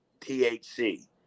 THC